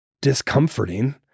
discomforting